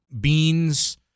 beans